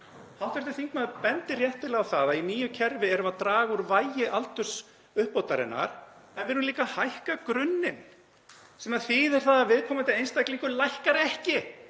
samhengi. Hv. þingmaður bendir réttilega á að í nýju kerfi erum við að draga úr vægi aldursuppbótarinnar en við erum líka að hækka grunninn sem þýðir að viðkomandi einstaklingur lækkar ekki,